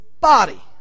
body